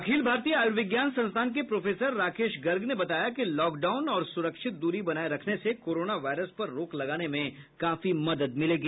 अखिल भारतीय आयुर्विज्ञान संस्थान के प्रोफेसर राकेश गर्ग ने बताया कि लॉकडाउन और सुरक्षित दूरी बनाए रखने से कोरोना वायरस पर रोक लगाने में काफी मदद मिलेगी